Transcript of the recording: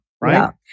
right